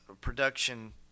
production